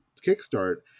kickstart